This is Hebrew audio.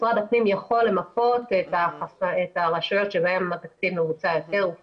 משרד הפנים יכול למפות את הרשויות שבהן התקציב מבוצע יותר או פחות,